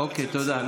אוקיי, תודה.